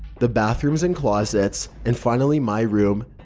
the bathrooms and closets, and finally my room.